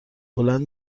بلند